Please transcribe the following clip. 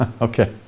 Okay